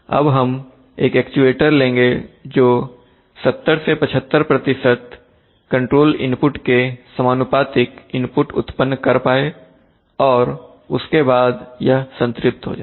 अब हम एक एक्चुएटर लेंगे जो 70 75 कंट्रोल इनपुट के समानुपातिक इनपुट उत्पन्न कर पाए और उसके बाद यह संतृप्त हो जाए